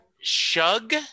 shug